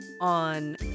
on